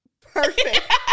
Perfect